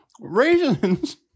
raisins